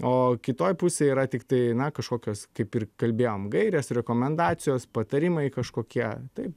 o kitoj pusėj yra tiktai na kažkokios kaip ir kalbėjom gairės rekomendacijos patarimai kažkokie taip